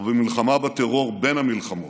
ובמלחמה בטרור בין המלחמות,